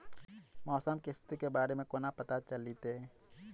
मौसम केँ स्थिति केँ बारे मे कोना पत्ता चलितै?